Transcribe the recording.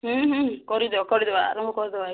କରିଦେବା ଆରମ୍ଭ କରିଦେବା